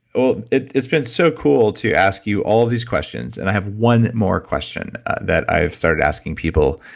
well, it's been so cool to ask you all these questions, and i have one more question that i've started asking people,